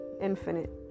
infinite